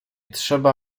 trzeba